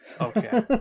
Okay